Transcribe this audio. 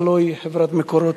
הלוא היא חברת "מקורות".